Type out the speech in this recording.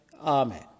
Amen